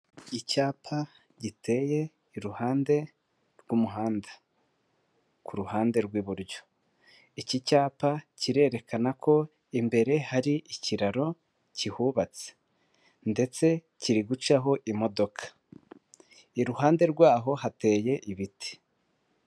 Icyapa giteye iruhande rw'umuhanda ku ruhande rw'iburyo, iki cyapa kirerekana ko imbere hari ikiraro kihubatse ndetse kiri gucaho imodoka, iruhande rw'aho hateye ibiti.